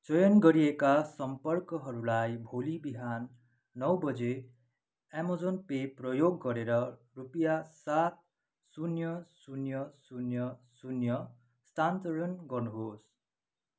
चयन गरिएका सम्पर्कहरूलाई भोलि बिहान नौ बजे अमेजन पे प्रयोग गरेर रुपियाँ सात शून्य शून्य शून्य शून्य स्थानान्तरण गर्नुहोस्